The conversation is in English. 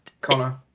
Connor